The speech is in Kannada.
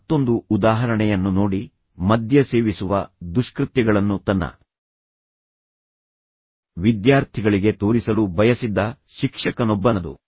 ಮತ್ತೊಂದು ಉದಾಹರಣೆಯನ್ನು ನೋಡಿ ಮದ್ಯ ಸೇವಿಸುವ ದುಷ್ಕೃತ್ಯಗಳನ್ನು ತನ್ನ ವಿದ್ಯಾರ್ಥಿಗಳಿಗೆ ತೋರಿಸಲು ಬಯಸಿದ್ದ ಶಿಕ್ಷಕನೊಬ್ಬನದು